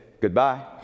goodbye